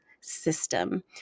system